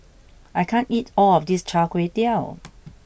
I can't eat all of this Char Kway Teow